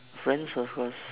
friends of course